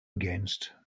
against